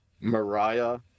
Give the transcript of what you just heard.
Mariah